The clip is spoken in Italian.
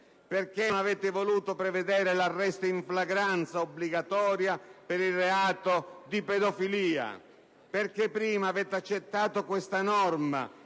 Perché non avete voluto prevedere l'arresto in flagranza obbligatorio per il reato di pedofilia? Perché prima avete accettato questa norma